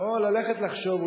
או ללכת לחשוב,